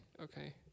Okay